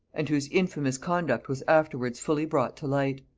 and whose infamous conduct was afterwards fully brought to light.